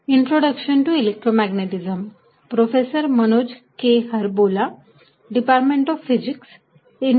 what is electric field